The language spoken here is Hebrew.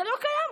זה לא קיים.